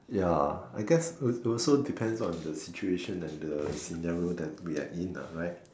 ya I guess it also depends on the situation and the scenario that we are in ah right